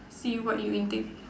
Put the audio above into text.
see what you intake